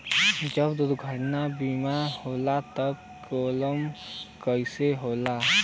जब दुर्घटना बीमा होला त क्लेम कईसे होला?